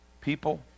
People